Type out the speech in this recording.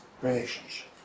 relationship